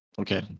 Okay